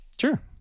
Sure